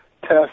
test